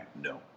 No